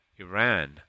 Iran